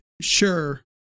Sure